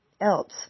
else